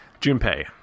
Junpei